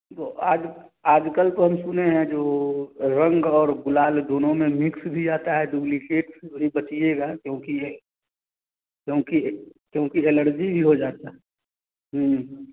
तो आज आज कल तो हम सुने हैं जो रंग और गुलाल दोनों में मीक्स भी आता है डुप्लीकेट से थोड़ी बचिएगा क्योंकि ये क्योंकि क्योंकि एलर्जी भी हो जाता